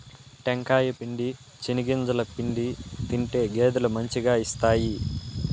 టెంకాయ పిండి, చెనిగింజల పిండి తింటే గేదెలు మంచిగా ఇస్తాయి